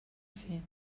fer